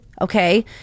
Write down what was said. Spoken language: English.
okay